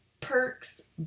perks